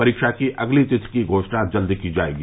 परीक्षा की अगली तिथि की घोषणा जल्द की जाएगी